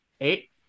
eight